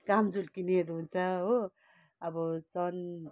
घाम झुल्किनेहरू हुन्छ हो अब सन